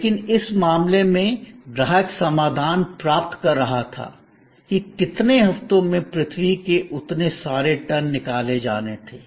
लेकिन इस मामले में ग्राहक समाधान प्राप्त कर रहा था कि इतने हफ्तों में पृथ्वी के इतने सारे टन निकाले जाने थे